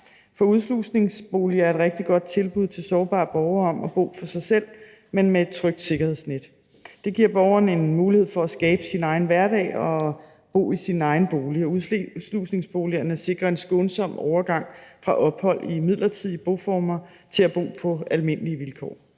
for udslusningsboliger er et rigtig godt tilbud til sårbare borgere om at bo for sig selv, men med et trygt sikkerhedsnet. Det giver borgeren en mulighed for at skabe sin egen hverdag og bo i sin egen bolig. Udslusningsboligerne sikrer en skånsom overgang fra ophold i midlertidige boformer til at bo på almindelige vilkår.